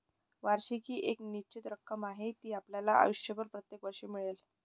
वार्षिकी ही एक निश्चित रक्कम आहे जी आपल्याला आयुष्यभर प्रत्येक वर्षी मिळेल